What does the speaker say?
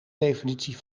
definitie